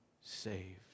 saved